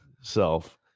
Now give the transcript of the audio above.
self